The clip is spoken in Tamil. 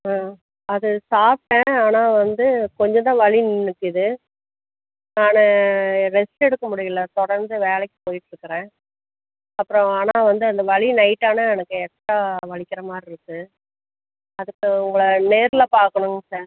ஆ அது சாப்பிட்டேன் ஆனால் வந்து கொஞ்சம் தான் வலி நின் நிற்கிது நான் ரெஸ்ட் எடுக்க முடியலை தொடர்ந்து வேலைக்கு போய்கிட்ருக்குறேன் அப்புறம் ஆனால் வந்து அந்த வலி நைட்டானால் எனக்கு எக்ஸ்ட்டா வலிக்கிற மாதிரி இருக்குது அதுக்கு உங்களை நேரில் பார்க்கணுங்க சார்